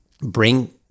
bring